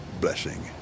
blessing